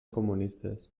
comunistes